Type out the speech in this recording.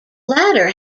latter